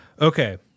okay